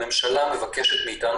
הממשלה מבקשת מאיתנו,